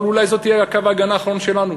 אבל אולי זה יהיה קו ההגנה האחרון שלנו.